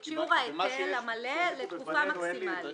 את שיעור ההיטל המלא לתקופה מקסימלית.